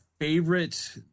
favorite